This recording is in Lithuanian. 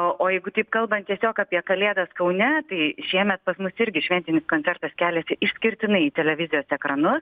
o o jeigu taip kalbant tiesiog apie kalėdas kaune tai šiemet pas mus irgi šventinis koncertas keliasi išskirtinai į televizijos ekranus